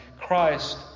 christ